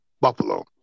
Buffalo